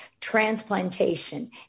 Transplantation